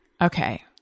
Okay